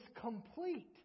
complete